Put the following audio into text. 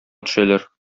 төшәләр